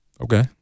Okay